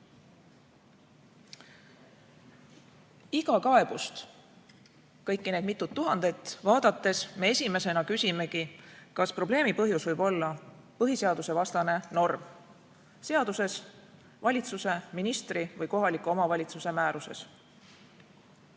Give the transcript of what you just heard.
kaebust, kõiki neid mitut tuhandet vaadates, me esimesena küsimegi, kas probleemi põhjus võib olla põhiseadusvastane norm seaduses või valitsuse, ministri või kohaliku omavalitsuse määruses.